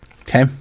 okay